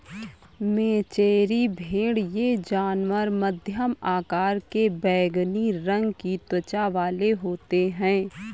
मेचेरी भेड़ ये जानवर मध्यम आकार के बैंगनी रंग की त्वचा वाले होते हैं